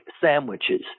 sandwiches